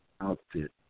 outfit